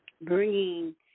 bringing